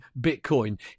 Bitcoin